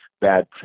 bad